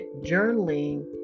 journaling